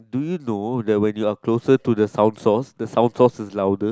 do you know that when you are closer to the sound source the sound source is louder